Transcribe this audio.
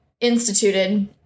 instituted